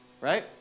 right